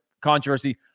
controversy